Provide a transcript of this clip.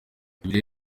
ibi